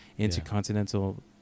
Intercontinental